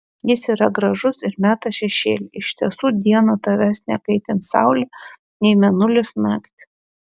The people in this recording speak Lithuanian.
jis yra gražus ir meta šešėlį iš tiesų dieną tavęs nekaitins saulė nei mėnulis naktį